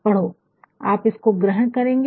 पढ़ो आप इसको ग्रहण करेंगे